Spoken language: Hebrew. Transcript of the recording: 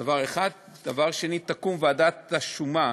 דבר שני, תקום ועדת השומה,